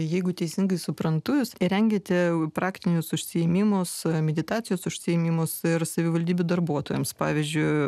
jeigu teisingai suprantu jūs rengiate praktinius užsiėmimus meditacijos užsiėmimus ir savivaldybių darbuotojams pavyzdžiui